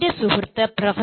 എൻ്റെ സുഹൃത്ത് പ്രൊഫ